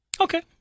Okay